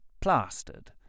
plastered